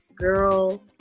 girl